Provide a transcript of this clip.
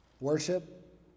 Worship